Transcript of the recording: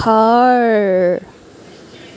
ঘৰ